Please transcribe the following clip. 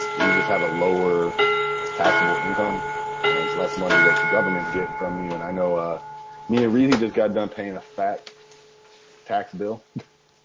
you just have a lower taxable income and it's less money that the government's getting from you. and i know ah me and ah reezy just got done paying a fat tax bill.